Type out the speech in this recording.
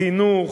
חינוך,